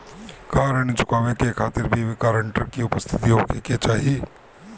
का ऋण चुकावे के खातिर भी ग्रानटर के उपस्थित होखे के चाही?